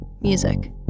music